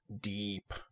deep